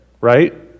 right